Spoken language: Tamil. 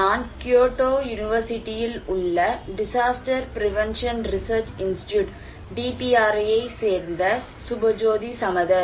நான் கியோட்டோ யுனிவர்சிட்டியில் உள்ள டிசாஸ்டர் பிரேவென்ஷன் ரிசர்ச் இன்ஸ்ட்யூட் ஐ சேர்ந்த சுபஜோதி சமதர்